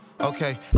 Okay